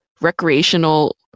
recreational